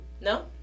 No